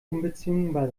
unbezwingbar